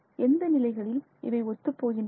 எந்த நிலைகளில் இவை ஒத்துப்போகின்றன